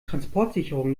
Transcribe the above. transportsicherung